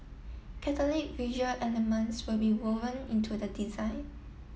catholic visual elements will be woven into the design